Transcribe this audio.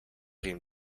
riem